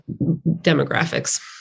demographics